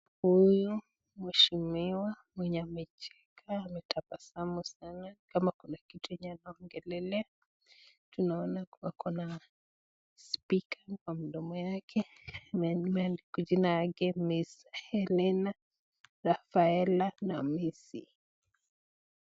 Huyu mweshimiwa mwenye amecheka ametabasamu sana ni kama kuna kitu yenye anaongelelea, tunaona wako na "speaker" kwa mdomo yake melimeli kwa jina yake "Mrs",Hellena, Raphael na Missy.